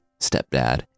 stepdad